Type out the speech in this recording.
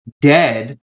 dead